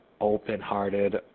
open-hearted